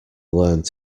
learned